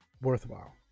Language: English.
worthwhile